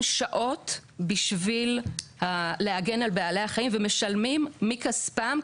שעות בשביל להגן על בעלי החיים ומשלמים מכספם,